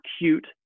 acute